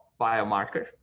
biomarker